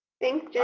thanks,